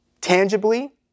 Tangibly